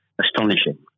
astonishing